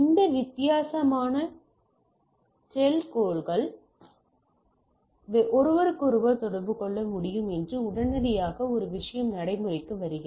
இந்த வித்தியாசமான டெல்கோக்கள் ஒருவருக்கொருவர் தொடர்பு கொள்ள முடியும் என்று உடனடியாக ஒரு விஷயம் நடைமுறைக்கு வருகிறது